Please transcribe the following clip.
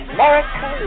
America